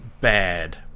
bad